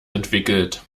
entwickelt